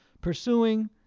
pursuing